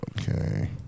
Okay